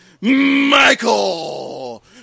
Michael